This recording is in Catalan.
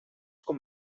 com